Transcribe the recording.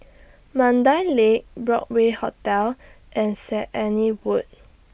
Mandai Lake Broadway Hotel and Saint Anne's Wood